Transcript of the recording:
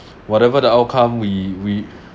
whatever the outcome we we